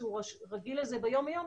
שהוא רגיל לזה ביום יום,